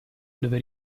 dove